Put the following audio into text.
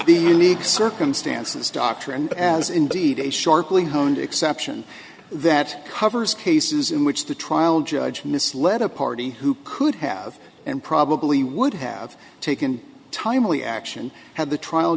the unique circumstances doctrine as indeed a shark really honed exception that covers cases in which the trial judge misled a party who could have and probably would have taken timely action had the trial